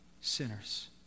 sinners